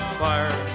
fire